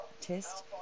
test